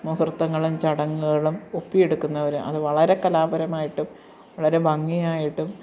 മുഹൂർത്തങ്ങളും ചടങ്ങുകളും ഒപ്പിയെടുക്കുന്നവര് അത് വളരെ കലാപരമായിട്ടും വളരെ ഭംഗിയായിട്ടും